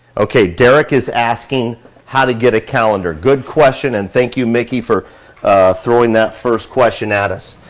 okay, derek is asking how to get a calendar. good question and thank you miki for throwing that first question at us.